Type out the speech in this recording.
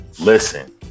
listen